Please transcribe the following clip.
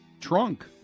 trunk